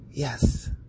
Yes